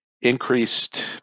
increased